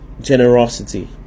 generosity